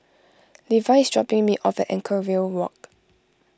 Levie is dropping me off at Anchorvale Walk